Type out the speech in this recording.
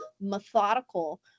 methodical